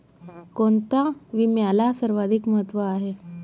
कोणता विम्याला सर्वाधिक महत्व आहे?